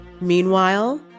Meanwhile